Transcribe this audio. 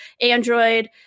Android